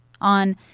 On